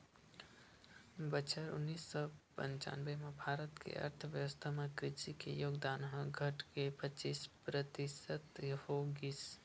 बछर उन्नीस सौ पंचानबे म भारत के अर्थबेवस्था म कृषि के योगदान ह घटके पचीस परतिसत हो गिस